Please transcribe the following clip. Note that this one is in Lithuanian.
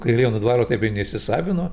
kairėnų dvaro taip ir neįsisavino